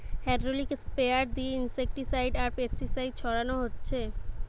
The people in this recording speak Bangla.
হ্যাড্রলিক স্প্রেয়ার দিয়ে ইনসেক্টিসাইড আর পেস্টিসাইড ছোড়ানা হচ্ছে